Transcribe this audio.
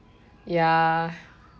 ya